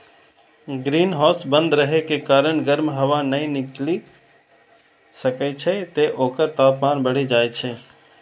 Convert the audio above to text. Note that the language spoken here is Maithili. ग्रीनहाउस बंद रहै के कारण गर्म हवा नै निकलि सकै छै, तें ओकर तापमान बढ़ि जाइ छै